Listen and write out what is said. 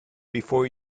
before